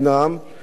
ובכלל,